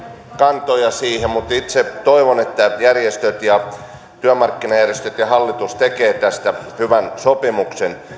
kantoja siihen mutta itse toivon että järjestöt ja työmarkkinajärjestöt ja hallitus tekevät tästä hyvän sopimuksen